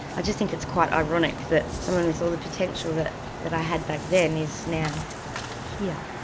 i just think it's quite ironic that someone with all the potential that that i had back then is now here.